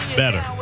better